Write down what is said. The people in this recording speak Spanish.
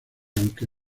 aunque